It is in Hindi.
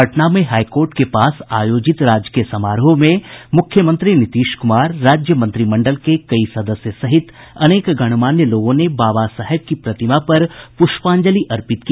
पटना में हाईकोर्ट के पास आयोजित राजकीय समारोह में मुख्यमंत्री नीतीश कुमार राज्य मंत्रिमंडल के कई सदस्य सहित अनेक गणमान्य लोगों ने बाबा साहेब की प्रतिमा पर प्रष्पांजलि अर्पित की